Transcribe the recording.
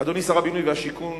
אדוני שר הבינוי והשיכון,